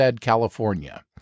California